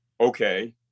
Okay